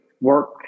work